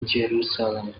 jerusalem